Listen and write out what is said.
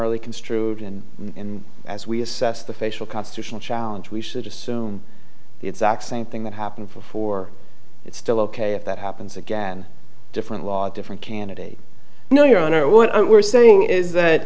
narrowly construed and as we assess the facial constitutional challenge we should assume the exact same thing that happened before it's still ok if that happens again different law different candidate no your honor what i were saying is that